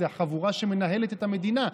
זו חבורה שמנהלת את המדינה,